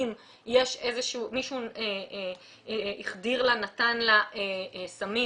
האם מישהו החדיר או נתן לה סמים?